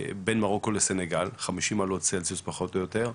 בין מרוקו לסנגל, 50 מעלות צלזיוס פחות או יותר.